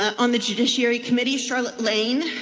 on the jewish erie committee, charlotte lane,